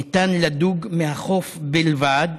ניתן לדוג מהחוף בלבד,